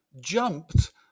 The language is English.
jumped